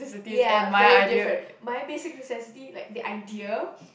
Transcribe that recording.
ya very different my basic necessities like the idea